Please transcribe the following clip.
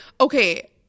okay